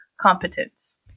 competence